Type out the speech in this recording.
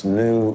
new